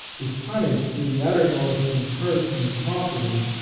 is punished to the uttermost in person and property,